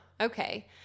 okay